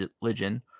religion